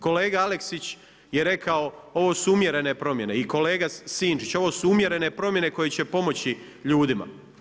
Kolega Aleksić je rekao, ovo su umjerene promjene i kolega Sinčić, ovo su umjerene promjene koje će pomoći ljudima.